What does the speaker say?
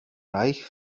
reich